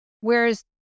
Whereas